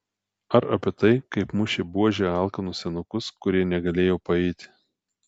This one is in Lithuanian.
ar apie tai kaip mušė buože alkanus senukus kurie negalėjo paeiti